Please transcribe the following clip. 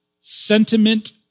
sentiment